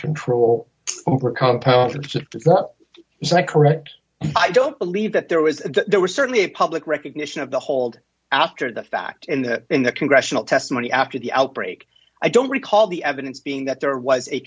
control over compounds that got so i correct i don't believe that there was there was certainly a public recognition of the hold after the fact in that in the congressional testimony after the outbreak i don't recall the evidence being that there was a